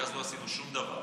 כי אז לא עשינו שום דבר,